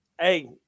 Hey